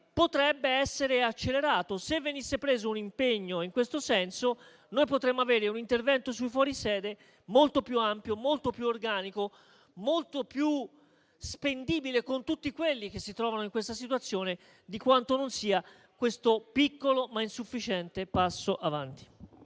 potrebbe essere accelerato. Se venisse assunto un impegno in questo senso, noi potremmo avere un intervento sui fuori sede molto più ampio e organico, molto più spendibile con tutti quelli che si trovano in questa situazione, di quanto non sia questo piccolo, ma insufficiente passo in avanti.